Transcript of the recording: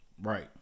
Right